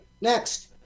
next